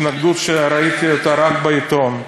התנגדות שראיתי אותה רק בעיתון.